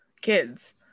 kids